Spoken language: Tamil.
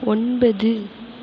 ஒன்பது